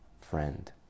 friend